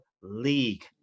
League